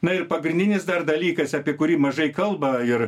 na ir pagrindinis dar dalykas apie kurį mažai kalba ir